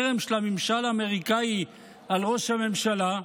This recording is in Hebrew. החרם של הממשל האמריקאי על ראש הממשלה?